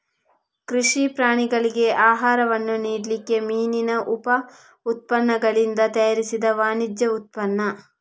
ಕೃಷಿ ಪ್ರಾಣಿಗಳಿಗೆ ಆಹಾರವನ್ನ ನೀಡ್ಲಿಕ್ಕೆ ಮೀನಿನ ಉಪ ಉತ್ಪನ್ನಗಳಿಂದ ತಯಾರಿಸಿದ ವಾಣಿಜ್ಯ ಉತ್ಪನ್ನ